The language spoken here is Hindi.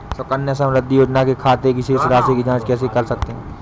सुकन्या समृद्धि योजना के खाते की शेष राशि की जाँच कैसे कर सकते हैं?